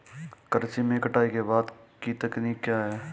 कृषि में कटाई के बाद की तकनीक क्या है?